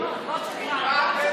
מספיק, תודה.